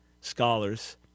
scholars